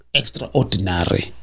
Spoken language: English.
extraordinary